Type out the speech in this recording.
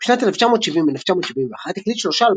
בשנים 1970–1971 הקליט שלושה אלבומים,